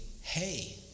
hey